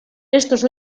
estos